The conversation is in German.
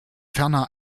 ferner